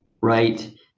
right